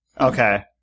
Okay